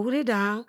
. Ohuri daa,